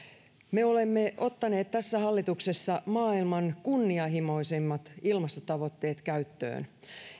me olemme ottaneet tässä hallituksessa maailman kunnianhimoisimmat ilmastotavoitteet käyttöön